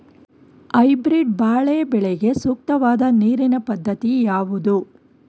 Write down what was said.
Hybrid ಬಾಳೆ ಬೆಳೆಗೆ ಸೂಕ್ತವಾದ ನೀರಿನ ಪದ್ಧತಿ ಯಾವುದು?